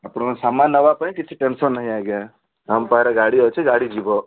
ଆପଣଙ୍କ ସାମାନ୍ ନେବା ପାଇଁ କିଛି ଟେନସନ୍ ନାହିଁ ଆଜ୍ଞା ଆମ ପାଖରେ ଗାଡ଼ି ଅଛି ଗାଡ଼ି ଯିବ